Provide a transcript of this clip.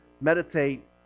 Meditate